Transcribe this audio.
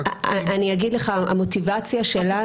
המוטיבציה שלנו